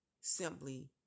simply